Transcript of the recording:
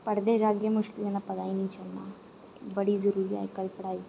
पढ़दे जाहगे मुश्कलें दा पता गै नेईं चलना बड़ी जरूरी ऐ अज्जकल पढ़ाई